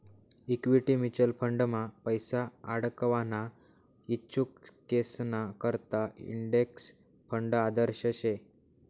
equity mutual फंडमा पैसा आडकवाना इच्छुकेसना करता इंडेक्स फंड आदर्श शे